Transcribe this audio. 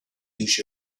use